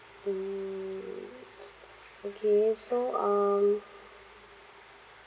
mm okay so um